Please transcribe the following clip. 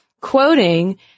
quoting